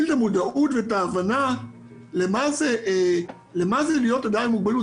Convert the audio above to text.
את המודעות ואת ההבנה למה זה להיות אדם עם מוגבלות.